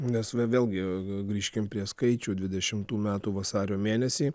nes vė vėlgi grįžkim prie skaičių dvidešimtų metų vasario mėnesį